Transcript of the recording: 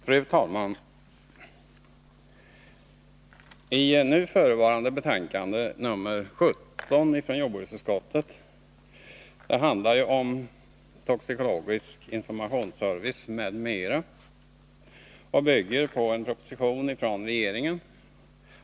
Fru talman! Nu förevarande betänkande, nr 17, från jordbruksutskottet handlar om toxikologisk informationsservice m.m. och bygger på en proposition från regeringen.